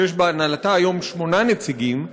שיש בהנהלתה היום שמונה נציגים,